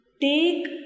take